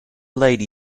lady